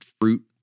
fruit